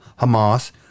Hamas